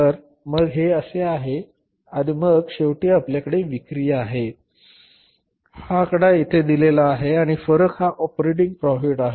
तर मग हे असे आहे आणि मग शेवटी आपल्याकडे विक्री आहे हा आकडा येथे दिलेला आहे आणि फरक हा ऑपरेटिंग प्रॉफिट आहे